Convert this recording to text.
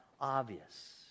obvious